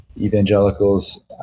evangelicals